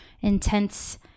intense